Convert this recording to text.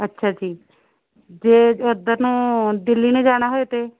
ਅੱਛਾ ਜੀ ਜੇ ਉੱਧਰ ਨੂੰ ਦਿੱਲੀ ਨੂੰ ਜਾਣਾ ਹੋਏ ਅਤੇ